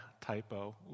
typo